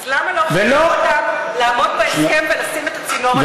אז למה לא חייבת אותם לעמוד בהסכם ולשים את הצינור הנוסף?